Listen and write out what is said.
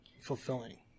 fulfilling